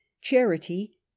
charity